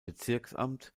bezirksamt